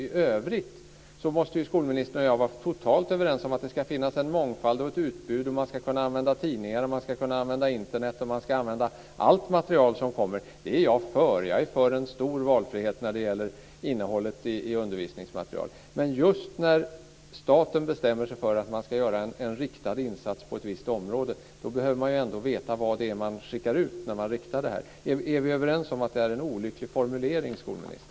I övrigt måste skolministern och jag vara totalt överens om att det ska finnas en mångfald och ett utbud, att man ska använda tidningarna, Internet och allt material som finns. Jag är för en stor valfrihet när det gäller innehållet i undervisningsmaterialet. Men när staten bestämmer sig för att göra en riktad insats på ett visst område behöver man veta vad det är man skickar ut. Är vi överens om att det är en olycklig formulering, skolministern?